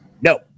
No